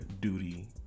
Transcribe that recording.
duty